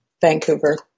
Vancouver